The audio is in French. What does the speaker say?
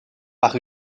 par